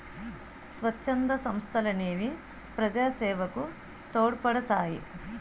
స్వచ్ఛంద సంస్థలనేవి ప్రజాసేవకు తోడ్పడతాయి